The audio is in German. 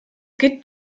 geht